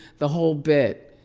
the whole bit.